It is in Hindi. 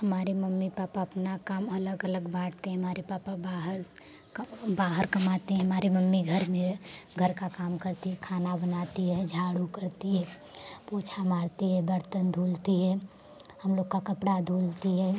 हमारे मम्मी पापा अपना काम अलग अलग बाँटते हैं हमारे पापा बाहर बाहर कमाते हैं हमारी मम्मी घर में घर का काम करती है खाना बनाती है झाड़ू करती है पोछा मारती है बर्तन धुलती है हम लोग का कपड़ा धुलती है